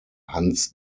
hans